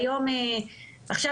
עכשיו,